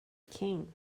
king